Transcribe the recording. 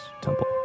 temple